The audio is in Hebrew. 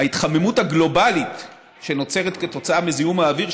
ההתחממות הגלובלית שנוצרת כתוצאה מזיהום האוויר,